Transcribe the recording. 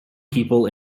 people